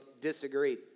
disagreed